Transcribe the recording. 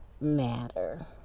matter